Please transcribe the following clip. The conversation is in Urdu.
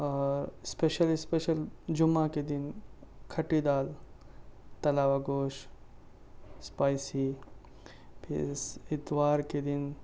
اور اسپیشل اسپیشل جمعہ کے دن کھٹی دال تلا ہوا گوشت اسپائسی پھر اتوار کے دن